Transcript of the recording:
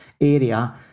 area